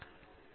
காமகோடி ஆமாம்